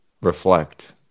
reflect